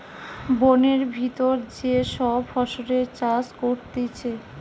বোনের ভিতর যে সব ফসলের চাষ করতিছে